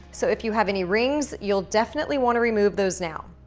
so if you have any rings, you'll definitely wanna remove those now.